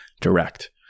direct